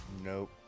nope